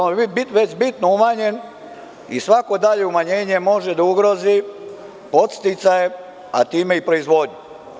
On je već bitno umanjen i svako dalje umanjenje može da ugrozi podsticaje, a time i proizvodnju.